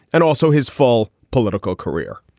and also his fall political career.